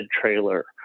trailer